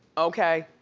okay,